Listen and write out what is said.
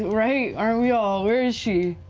right? aren't we all? where is she?